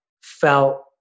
felt